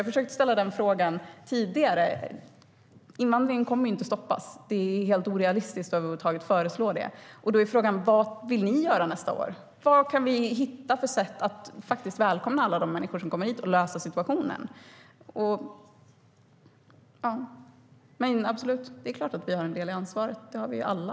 Jag försökte ställa den frågan tidigare. Invandringen kommer inte att stoppas; det är helt orealistiskt att över huvud taget föreslå det. Då är frågan vad ni vill göra nästa år. Vad kan vi hitta för sätt att faktiskt välkomna alla de människor som kommer hit och lösa situationen? Det är dock klart att vi har en del i ansvaret. Det har vi alla.